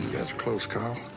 close call.